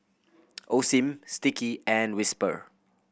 Osim Sticky and Whisper